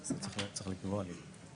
יש עוד פגישות עם נציגי הסתדרות המורים.